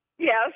Yes